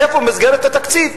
איפה מסגרת התקציב?